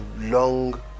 long